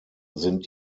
sind